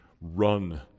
run